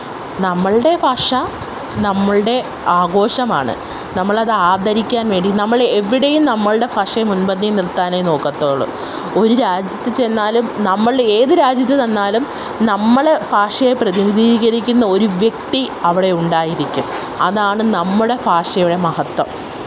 നമ്മളുടെ ഭാഷ നമ്മളുടെ ആഘോഷമാണ് നമ്മളത് ആദരിക്കാന് വേണ്ടി നമ്മൾ എവിടെയും നമ്മളുടെ ഭാഷ മുന്പന്തീല് നിര്ത്താനേ നോക്കത്തൊള്ളൂ ഒരു രാജ്യത്ത് ചെന്നാലും നമ്മൾ ഏത് രാജ്യത്ത് ചെന്നാലും നമ്മൾ ഭാഷയെ പ്രതിനിധീകരിക്കുന്ന ഒരു വ്യക്തി അവിടെയുണ്ടായിരിക്കും അതാണ് നമ്മുടെ ഭാഷയുടെ മഹതത്വം